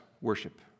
worship